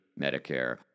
Medicare